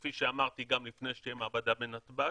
וכפי שאמרתי גם לפני שתהיה מעבדה בנתב"ג,